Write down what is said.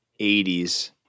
80s